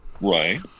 Right